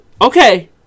Okay